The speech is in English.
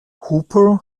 hooper